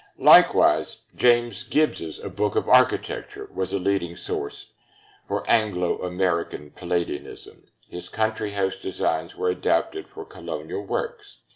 likewise, james gibbs's a book of architecture was a leading source for anglo-american palladianism. his country house designs were adapted for colonial works.